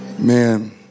Man